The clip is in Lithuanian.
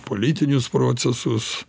politinius procesus